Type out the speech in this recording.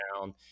down